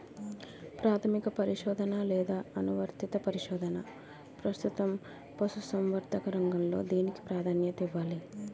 ప్రాథమిక పరిశోధన లేదా అనువర్తిత పరిశోధన? ప్రస్తుతం పశుసంవర్ధక రంగంలో దేనికి ప్రాధాన్యత ఇవ్వాలి?